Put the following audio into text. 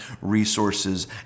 resources